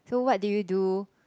so what did you do